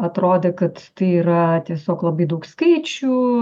atrodė kad tai yra tiesiog labai daug skaičių